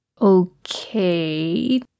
Okay